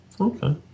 Okay